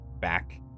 back